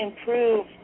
improve